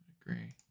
agree